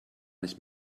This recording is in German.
nicht